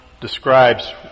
describes